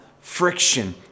friction